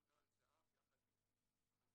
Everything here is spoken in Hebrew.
הממונה על זה"ב יחד עם הרלב"ד,